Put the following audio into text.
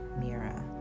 Mira